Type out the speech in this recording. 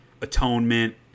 Atonement